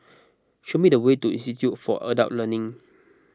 show me the way to Institute for Adult Learning